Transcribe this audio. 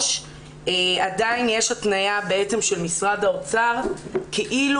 עדיין יש התניה של משרד האוצר כאילו